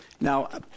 Now